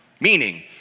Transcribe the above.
Meaning